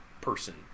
person